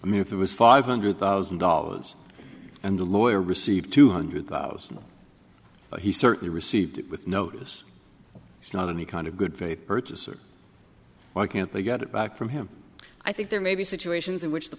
i mean if it was five hundred thousand dollars and the lawyer received two hundred thousand he certainly received it with notice it's not any kind of good faith purchaser why can't they get it back from him i think there may be situations in which the